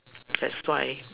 that's why